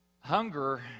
hunger